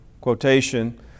quotation